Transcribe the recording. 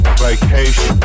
vacation